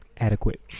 Adequate